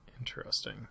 Interesting